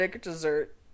dessert